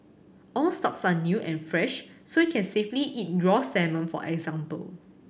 all stocks are new and fresh so you can safely eat raw salmon for example